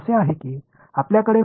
எனவே நான் திருத்தப் போகிறேன்